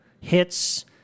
hits